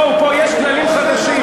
בואו, פה יש כללים חדשים.